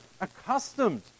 accustomed